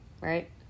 Right